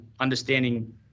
understanding